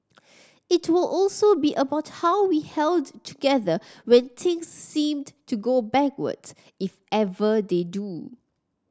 it will also be about how we held together when things seemed to go backwards if ever they do